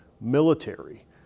military